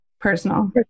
Personal